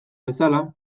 bezala